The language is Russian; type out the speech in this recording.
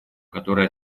который